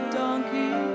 donkey